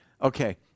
Okay